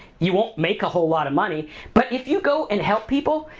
you won't make a whole lot of money but if you go and help people,